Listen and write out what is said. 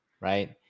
right